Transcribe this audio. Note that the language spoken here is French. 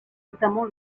notamment